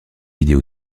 vidéo